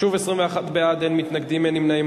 שוב, בעד, 21, אין מתנגדים, אין נמנעים.